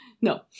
No